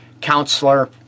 counselor